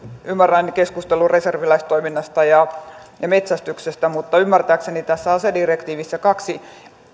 ymmärrän keskustelun reserviläistoiminnasta ja metsästyksestä mutta ymmärtääkseni tässä asedirektiivissä on kaksi